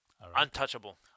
Untouchable